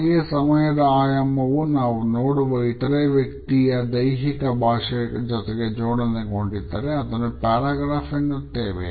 ಹಾಗೆಯೇ ಸಮಯದ ಆಯಾಮವು ನಾವು ನೋಡುವ ಇತರೆ ವ್ಯಕ್ತಿಯ ದೈಹಿಕ ಭಾಷೆಯ ಜೊತೆಗೆ ಜೋಡಣೆಗೊಂಡಿದ್ದರೆ ಅದನ್ನು ಪ್ಯಾರಾಗ್ರಾಫ್ ಎನ್ನುತ್ತೇವೆ